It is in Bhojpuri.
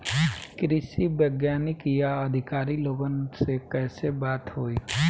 कृषि वैज्ञानिक या अधिकारी लोगन से कैसे बात होई?